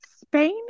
Spain